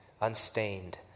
unstained